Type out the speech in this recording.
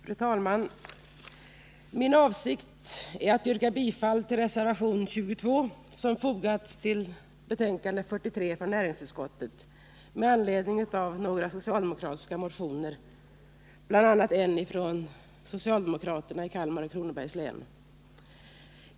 Fru talman! Min avsikt är att yrka bifall till reservation nr 22 som fogats till näringsutskottets betänkande nr 43 med anledning av några motioner bl.a. från socialdemokraterna i Kalmar och Kronobergs län.